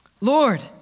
Lord